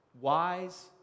Wise